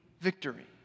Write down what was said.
victory